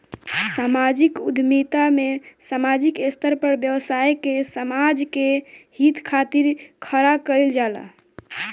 सामाजिक उद्यमिता में सामाजिक स्तर पर व्यवसाय के समाज के हित खातिर खड़ा कईल जाला